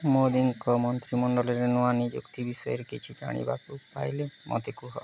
ମୋଦୀଙ୍କ ମନ୍ତ୍ରୀ ମଣ୍ଡଲରେ ନୂଆ ନିଯୁକ୍ତି ବିଷୟରେ କିଛି ଜାଣିବାକୁ ପାଇଲେ ମୋତେ କୁହ